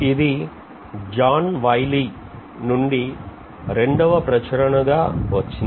ఇది John wylie publisher నుండి రెండవ ప్రచురణగా వచ్చింది